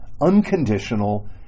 unconditional